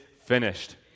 finished